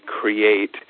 create